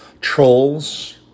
trolls